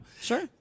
sure